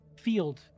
field